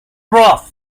roof